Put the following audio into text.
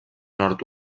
nord